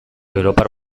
europar